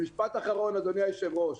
משפט אחרון אדוני היושב ראש.